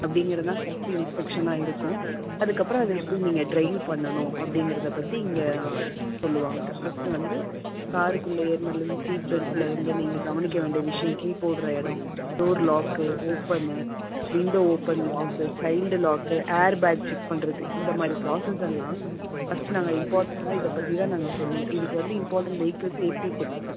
அப்படிங்கறது தான் ஃபஸ்ட்டு இன்ஸ்ட்ரக்ஷனாக இருக்கும் அதுக்கப்புறம் அதை எப்படி நீங்கள் ட்ரைவ் பண்ணணும் அப்படிங்கறத பற்றி இங்கே சொல்லுவாங்க ஃபஸ்ட்டு வந்து காருக்குள்ளே ஏறினதுலேர்ந்து சீட் பெல்ட்டிலருந்து நீங்கள் கவனிக்க வேண்டிய விஷயம் கீ போடுற இடோம் door lock open window open lock child lock air bag check பண்ணுறது இந்த மாதிரி ப்ராசஸ் எல்லாம் ஃபஸ்ட் நாங்கள் இம்பார்ட்டண்ட்டாக இதைப்பத்தி தான் நாங்கள் சொல்லுவோம் இதுக்கு வந்து இம்பார்ட்டண்ட் வெஹிக்கிள் சேஃப்டி செக்